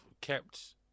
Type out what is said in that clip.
kept